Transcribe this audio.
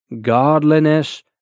godliness